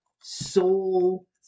soul